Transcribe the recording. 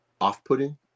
off-putting